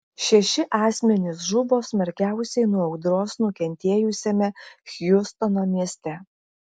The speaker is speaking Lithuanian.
šeši asmenys žuvo smarkiausiai nuo audros nukentėjusiame hjustono mieste